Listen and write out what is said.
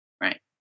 Right